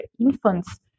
infants